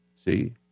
See